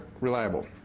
reliable